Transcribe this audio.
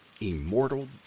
Immortal